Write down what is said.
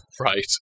right